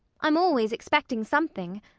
i'm always expecting something.